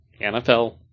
NFL